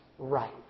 Right